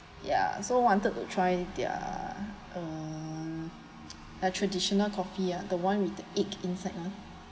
ya so wanted to try their uh like traditional coffee ya the one with the egg inside ah